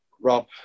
Rob